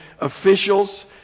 officials